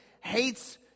hates